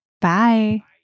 Bye